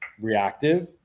reactive